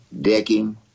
Decking